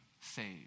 saved